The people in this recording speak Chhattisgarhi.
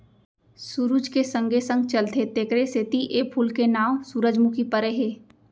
सुरूज के संगे संग चलथे तेकरे सेती ए फूल के नांव सुरूजमुखी परे हे